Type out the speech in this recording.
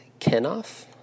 Kenoff